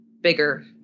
bigger